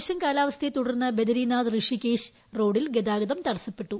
മോശം കാലാവസ്ഥയെ തുടർന്ന് ബദരീനാഥ് റിഷികേശ് റോഡിൽ ഗതാഗതം തടസ്സപ്പെട്ടു